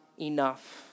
enough